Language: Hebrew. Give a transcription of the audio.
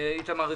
איתמר רביבו.